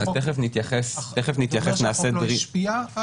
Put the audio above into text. זה אומר שהחוק לא השפיע?